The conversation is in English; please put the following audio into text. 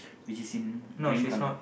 which is in green colour